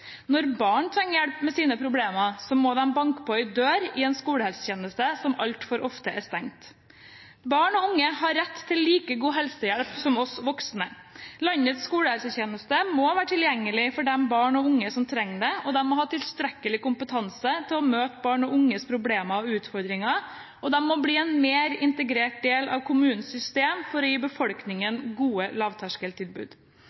Når barn trenger hjelp med sine problemer, må de banke på en dør i en skolehelsetjeneste som altfor ofte er stengt. Barn og unge har rett til like god helsehjelp som vi voksne. Landets skolehelsetjeneste må være tilgjengelig for de barn og unge som trenger det, de må ha tilstrekkelig kompetanse til å møte barn og unges problemer og utfordringer, og de må bli en mer integrert del av kommunens system for å gi befolkningen gode lavterskeltilbud.